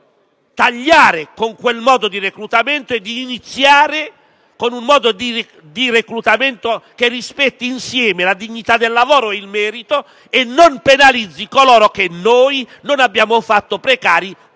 di tagliare con quel modo di reclutamento e di iniziare con un modo di reclutamento che rispetti insieme la dignità del lavoro e il merito e non penalizzi coloro che non noi ma altri hanno reso precari.